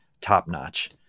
top-notch